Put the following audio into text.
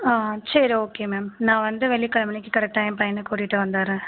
சரி okay ma'am நான் வந்து வெள்ளிக்கிழம அன்றைக்கி கரெட்டாக என் பையனை கூட்டிகிட்டு வந்துடுறேன்